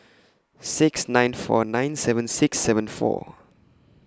six nine four nine seven six seven four